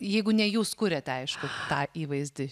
jeigu ne jūs kuriat aišku tą įvaizdį